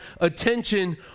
attention